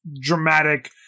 dramatic